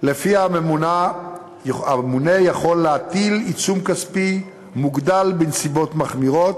שלפיה הממונה יכול להטיל עיצום כספי מוגדל בנסיבות מחמירות